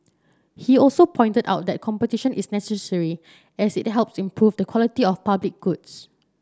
he also pointed out that competition is necessary as it helps improve the quality of public goods